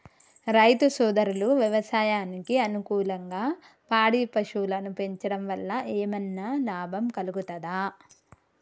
రైతు సోదరులు వ్యవసాయానికి అనుకూలంగా పాడి పశువులను పెంచడం వల్ల ఏమన్నా లాభం కలుగుతదా?